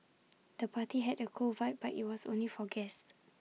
the party had A cool vibe but IT was only for guests